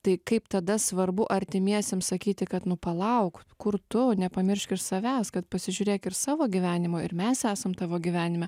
tai kaip tada svarbu artimiesiems sakyti kad nu palauk kur tu nepamiršk ir savęs kad pasižiūrėk ir savo gyvenimo ir mes esam tavo gyvenime